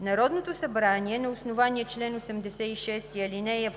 Народното събрание на основание чл. 86, ал.